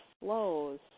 flows